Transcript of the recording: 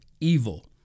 evil